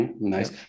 Nice